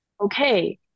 okay